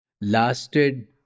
lasted